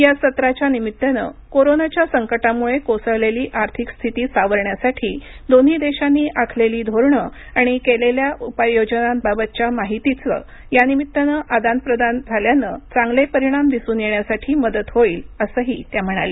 या सत्राच्या निमित्तानं कोरोनाच्या संकटामुळे कोसळलेली आर्थिक स्थिती सावरण्यासाठी दोन्ही देशांनी आखलेली धोरणं आणि केलेल्या उपाययोजनांबाबतच्या माहितीचं यानिमितानं आदानप्रदान झाल्यानं चांगले परिणाम दिसून येण्यासाठी मदत होईल असंही त्या म्हणाल्या